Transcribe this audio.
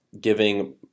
giving